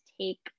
take